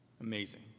Amazing